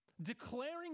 declaring